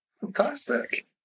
fantastic